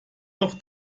doch